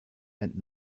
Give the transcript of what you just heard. and